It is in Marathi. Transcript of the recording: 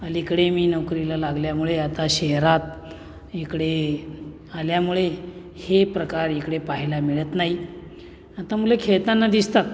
अलीकडे मी नोकरीला लागल्यामुळे आता शहरात इकडे आल्यामुळे हे प्रकार इकडे पाहायला मिळत नाही आता मुले खेळताना दिसतात